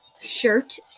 Shirt